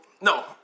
No